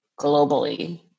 globally